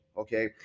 okay